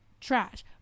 trash